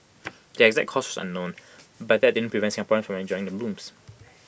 the exact cause was unknown but that didn't prevent Singaporeans from enjoying the blooms